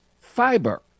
Fiber